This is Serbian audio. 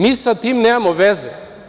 Mi sa tim nemamo veze.